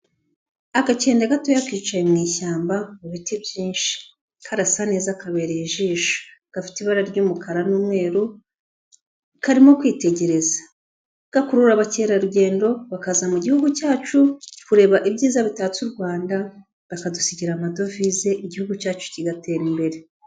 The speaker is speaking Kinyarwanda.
Agakende gatoya kicaye mu ishyamba, mu biti byinshi. Karasa neza kabereye ijisho. Gafite ibara ry'umukara n'umweru, karimo kwitegereza. Gakurura abakerarugendo, bakaza mu gihugu cyacu, kureba ibyiza bitatse u Rwanda, bakadusigira amadovize, igihugu cyacu kigatera imbere.